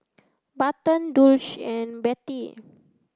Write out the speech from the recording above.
Barton Dulce and Bettie